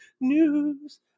news